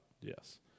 Yes